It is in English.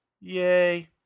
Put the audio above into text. Yay